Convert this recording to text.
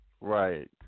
Right